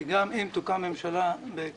כי גם אם תוקם ממשלה בהקדם